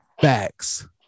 Facts